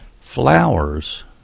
flowers